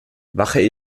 wache